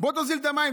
בוא תוזיל את המים,